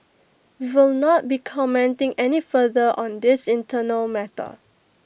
we will not be commenting any further on this internal matter